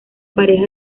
pareja